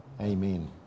Amen